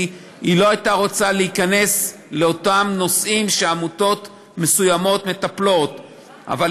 כי היא לא הייתה רוצה להיכנס לאותם נושאים שעמותות מסוימות מטפלות בהם.